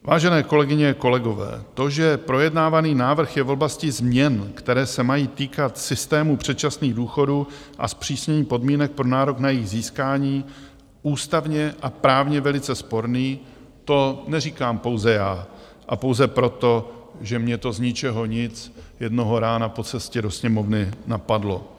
Vážené kolegyně, kolegové, to, že projednávaný návrh je v oblasti změn, které se mají týkat systému předčasných důchodů a zpřísnění podmínek pro nárok na jejich získání, ústavně a právně velice sporný, to neříkám pouze já a pouze proto, že mě to zničehonic jednoho rána po cestě do Sněmovny napadlo.